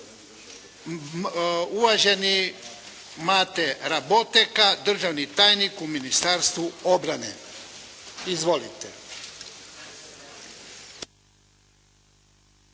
Uvaženi Mate Raboteg državni tajnik u Ministarstvu obrane. Izvolite.